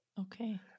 Okay